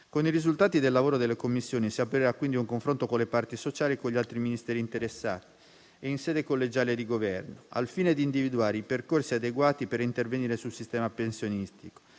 Con i risultati del lavoro delle Commissioni, si aprirà quindi un confronto con le parti sociali, con gli altri Ministeri interessati e in sede collegiale di Governo, al fine di individuare i percorsi adeguati per intervenire sul sistema pensionistico,